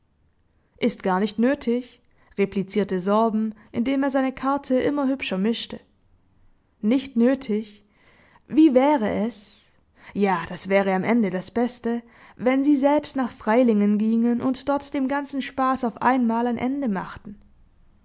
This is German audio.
ist gar nicht nötig replizierte sorben indem er seine karte immer hübscher mischte nicht nötig wie wäre es ja das wäre am ende das beste wenn sie selbst nach freilingen gingen und dort dem ganzen spaß auf einmal ein ende machten